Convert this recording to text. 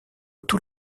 tous